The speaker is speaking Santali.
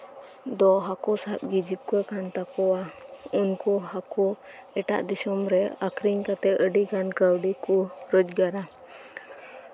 ᱫᱚ ᱦᱟᱹᱠᱩ ᱥᱟᱵ ᱜᱮ ᱡᱤᱵᱤᱠᱟ ᱠᱟᱱ ᱛᱟᱠᱚᱣᱟ ᱩᱱᱠᱩ ᱦᱟᱹᱠᱳ ᱮᱴᱟᱜ ᱫᱤᱥᱚᱢ ᱨᱮ ᱟᱹᱠᱷᱨᱤᱧ ᱠᱟᱛᱮᱫ ᱟᱹᱰᱤᱜᱟᱱ ᱠᱟᱹᱣᱰᱤ ᱠᱚ ᱨᱳᱡᱽᱜᱟᱨᱟ